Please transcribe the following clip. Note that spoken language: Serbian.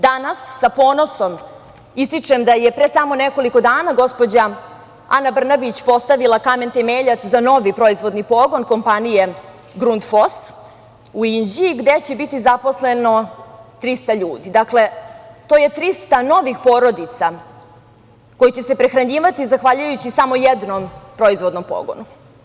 Danas sa ponosom ističem da je pre svega samo nekoliko dana gospođa Ana Brnabić postavila kamen temeljac za novi proizvodni pogon kompanije „Grunt fos“ u Inđiji gde će biti zaposleno 300 ljudi, dakle to je 300 novih porodica koji će se prehranjivati zahvaljujući samo jednom proizvodnom pogonu.